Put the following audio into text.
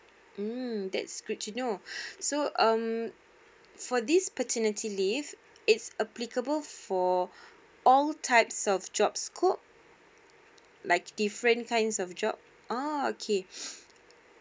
mm that's good to know so um for this paternity leave it's applicable for all types of job scope like different kinds of job ah okay